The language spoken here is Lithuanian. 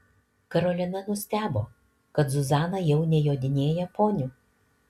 karolina nustebo kad zuzana jau nejodinėja poniu